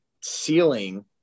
ceiling